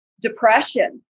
depression